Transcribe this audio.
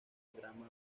drama